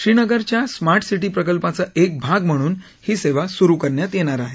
श्रीनगरच्या smart city प्रकल्पाचा एक भाग म्हणून ही सेवा सुरु करण्यात येणार आहे